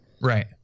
Right